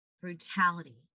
brutality